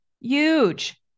huge